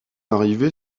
arrivée